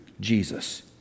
Jesus